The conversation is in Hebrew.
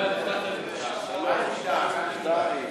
התשע"ו